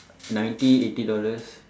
ninety eighty dollars